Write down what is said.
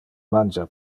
mangia